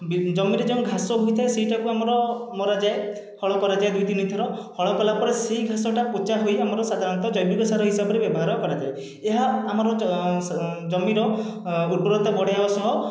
ଜମିରେ ଯେଉଁ ଘାସ ହୋଇଥାଏ ସେଇଟାକୁ ଆମର ମରାଯାଏ ହଳ କରାଯାଏ ଦୁଇ ତିନିଥର ହଳ କଲାପରେ ସେହି ଘାସଟା ପୋଚା ହୋଇ ଆମର ସାଧାରଣତଃ ଜୈବିକ ସାର ହିସାବରେ ବ୍ୟବହାର କରାଯାଏ ଏହା ଆମର ଜମିର ଉର୍ବରତା ବଢ଼େଇବା ସହ